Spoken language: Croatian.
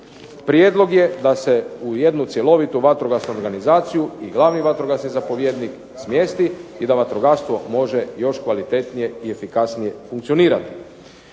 prijedlog je da se u jednu cjelovitu vatrogasnu organizaciju i glavni vatrogasni zapovjednik smjesti i da vatrogastvo može još kvalitetnije i efikasnije funkcionirati.